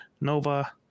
Nova